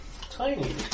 tiny